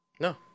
No